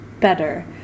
better